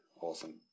Awesome